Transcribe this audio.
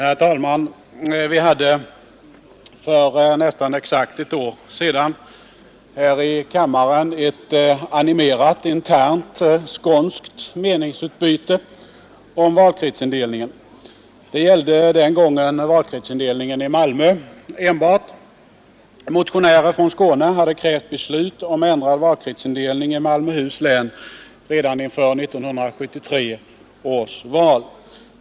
Herr talman! Vi hade för nästan exakt ett år sedan här i kammaren ett animerat internt skånskt meningsutbyte om valkretsindelningen. Det gällde den gången enbart valkretsindelningen i Malmöhus län. Motionärer från Skåne hade krävt beslut om ändrad valkretsindelning i Malmöhus län redan inför 1973 års val.